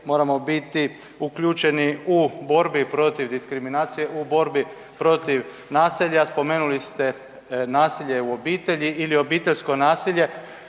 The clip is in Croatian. moramo biti uključeni u borbi protiv diskriminacije, u borbi protiv nasilja. Spomenuli ste nasilje u obitelji ili obiteljsko nasilje,